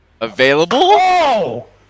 Available